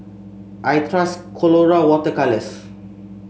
I trust Colora Water Colours